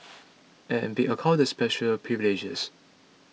and be accorded special privileges